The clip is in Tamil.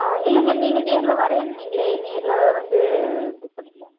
ஆ இல்லைங்க நீங்கள் நேரில் வருவேன்னிங்களே நேரில் வந்து புக் பண்ணிக்கலாங்க